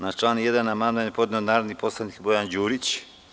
Na član 1. amandman je podneo narodni poslanik Bojan Đurić.